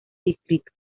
distrito